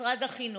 משרד החינוך,